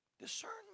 Discernment